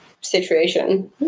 situation